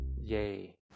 Yay